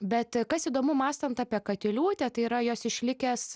bet kas įdomu mąstant apie katiliūtę tai yra jos išlikęs